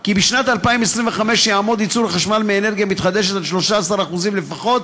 כי בשנת 2025 יעמוד ייצור חשמל מאנרגיה מתחדשת על 13% לפחות